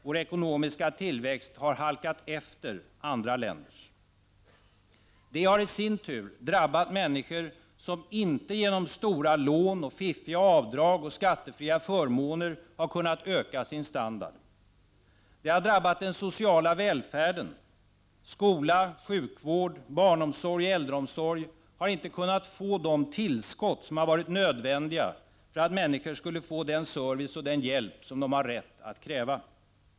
Vår ekonomiska tillväxt har halkat efter andra länders. Detta har i sin tur drabbat människor som inte genom stora lån, fiffiga avdrag och skattefria förmåner har kunnat öka sin standard. Det har drabbat den sociala välfärden. Skola, sjukvård, barnomsorg och äldreomsorg har inte kunnat få de tillskott som hade varit nödvändiga för att människor skulle få den service och den hjälp de har rätt att kräva.